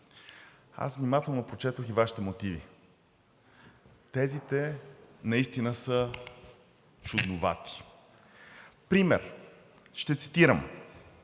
Аз внимателно прочетох и Вашите мотиви. Тезите наистина са чудновати. Пример – ще цитирам: